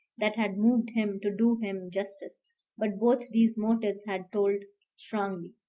that had moved him, to do him justice but both these motives had told strongly.